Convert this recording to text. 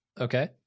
Okay